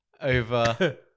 over